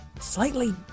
slightly